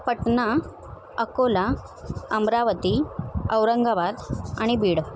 पटना अकोला अमरावती औरंगाबाद आणि बीड